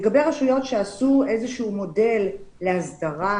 לגבי רשויות שעשו איזשהו מודל להסדרה